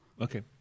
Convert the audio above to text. Okay